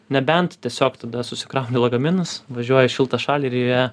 nebent tiesiog tada susikrauni lagaminus važiuoji į šiltą šalį ir joje